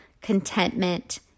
contentment